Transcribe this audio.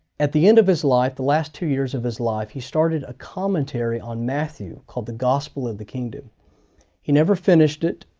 at the end of his life, the last two years of his life, he started a commentary on matthew called the gospel of the kingdom he never finished it.